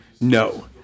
No